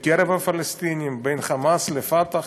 בקרב הפלסטינים, בין "חמאס" ל"פתח",